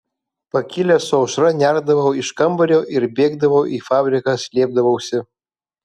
pakilęs su aušra nerdavau iš kambario ir bėgdavau į fabriką slėpdavausi